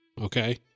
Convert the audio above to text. Okay